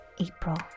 April